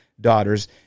daughters